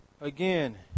Again